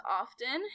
often